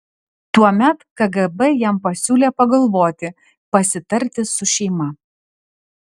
tuomet kgb jam pasiūlė pagalvoti pasitarti su šeima